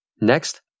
Next